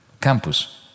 campus